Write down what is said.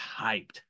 hyped